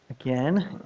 Again